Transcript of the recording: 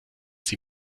sie